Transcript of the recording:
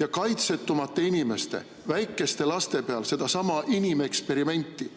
ja kaitsetumate inimeste, väikeste laste peal sedasama inimeksperimenti.